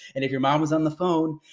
and if your mom was on the phone,